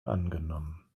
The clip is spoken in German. angenommen